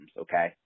okay